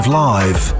live